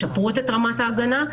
את רמת ההגנה,